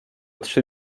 trzy